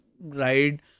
ride